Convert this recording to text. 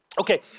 Okay